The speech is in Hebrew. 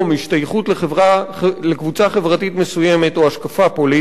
השתייכות לקבוצה חברתית מסוימת או השקפה פוליטית